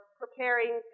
preparing